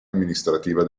amministrativa